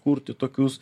kurti tokius